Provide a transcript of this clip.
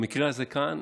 במקרה הזה כאן